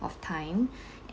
of time